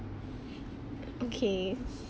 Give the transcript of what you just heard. okay